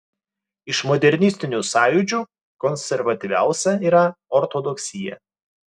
iš modernistinių sąjūdžių konservatyviausia yra ortodoksija